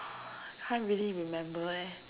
can't really remember leh